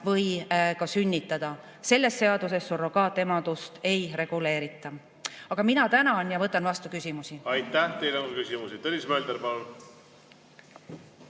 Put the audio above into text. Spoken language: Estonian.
või ka sünnitada. Selles seaduses surrogaatemadust ei reguleerita. Aga mina tänan ja võtan vastu küsimusi. Aitäh! Teile on ka küsimusi. Tõnis Mölder, palun!